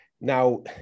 Now